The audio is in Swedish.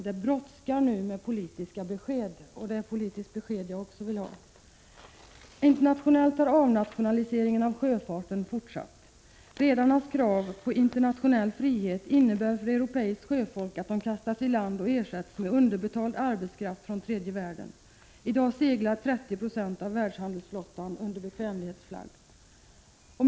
Det brådskar nu med politiska besked.” — Det är ett politiskt besked också jag vill ha. Anders Lindström fortsätter: ”Internationellt har avnationaliseringen av sjöfarten fortsatt. Redarnas krav på internationell frihet innebär för europeiskt sjöfolk att de kastas i land och ersätts med underbetald arbetskraft från tredje världen. Idag seglar 30 26 av världshandelsflottan under bekvämlighetsflagg.